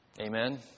Amen